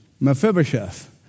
Mephibosheth